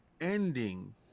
ending